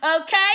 okay